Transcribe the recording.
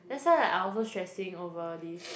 that's why I like also stressing over this